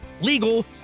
legal